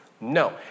No